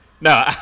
No